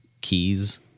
keys